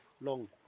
long